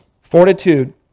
Fortitude